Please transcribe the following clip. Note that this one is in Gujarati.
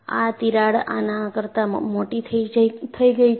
આ તિરાડ આના કરતા મોટી થઈ ગઈ છે